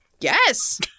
Yes